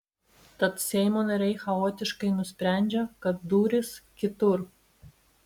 tad seimo nariai chaotiškai nusprendžia kad durys kitur